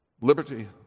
Liberty